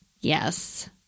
Yes